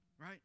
right